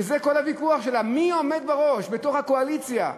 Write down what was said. זה כל הוויכוח, מי עומד בראש בתוך הקואליציה.